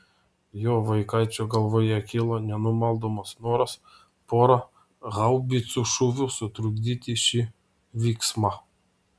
jo vaikaičio galvoje kilo nenumaldomas noras pora haubicų šūvių sutrukdyti šį vyksmą